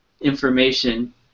information